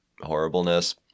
horribleness